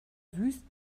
wüst